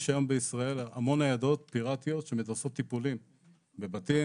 יש היום בישראל המון ניידות פיראטיות שעושות טיפולים בבתים.